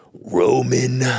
roman